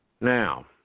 now